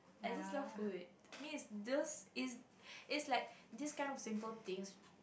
I just love food I means is those is is like this kind of simple things